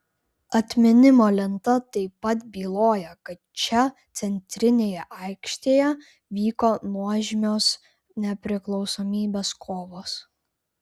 atminimo lenta taip pat byloja kad čia centrinėje aikštėje vyko nuožmios nepriklausomybės kovos